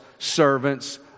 Servants